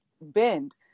bend